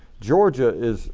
georgia is